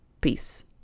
Peace